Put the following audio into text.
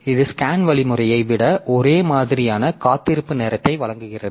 இது SCAN வழிமுறையை விட ஒரே மாதிரியான காத்திருப்பு நேரத்தை வழங்குகிறது